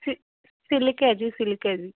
ਸਿ ਸਿਲਕ ਹੈ ਜੀ ਸਿਲਕ ਹੈ ਜੀ